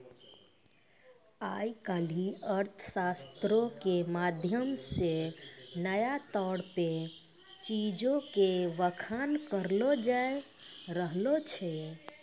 आइ काल्हि अर्थशास्त्रो के माध्यम से नया तौर पे चीजो के बखान करलो जाय रहलो छै